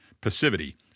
passivity